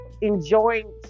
enjoying